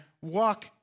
walk